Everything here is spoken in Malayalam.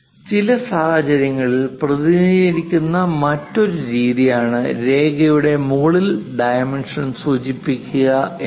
ചില സാഹചര്യങ്ങളിൽ പ്രതിനിധീകരിക്കുന്ന മറ്റൊരു രീതിയാണ് രേഖയുടെ മുകളിൽ ഡൈമെൻഷൻ സൂചിപ്പിക്കുക എന്നത്